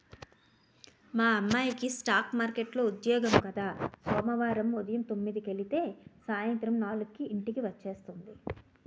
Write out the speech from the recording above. మా అమ్మాయికి స్ఠాక్ మార్కెట్లో ఉద్యోగం కద సోమవారం ఉదయం తొమ్మిదికెలితే సాయంత్రం నాలుక్కి ఇంటికి వచ్చేస్తుంది